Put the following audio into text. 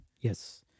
Yes